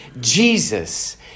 Jesus